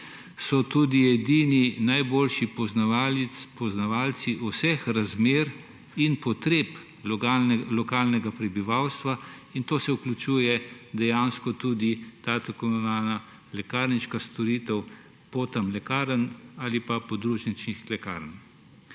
so tudi edini najboljši poznavalci vseh razmer in potreb lokalnega prebivalstva, in v to se vključuje dejansko tudi ta tako imenovana lekarniška storitev v obliki lekarn ali pa podružničnih lekarn.